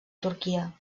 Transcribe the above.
turquia